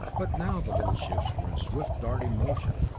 but now the little ships were in swift darting motion.